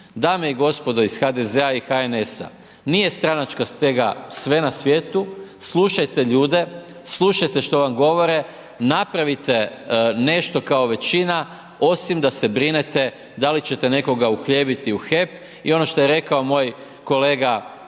Dame i gospodo iz HDZ-a i HNS-a, nije stranačka stega sve na svijetu, slušajte ljude, slušajte što vam govore, napravite nešto kao većina, osim da se brinete da li ćete nekoga uhljebiti u HEP i ono što je rekao moj kolega Krešo